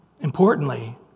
Importantly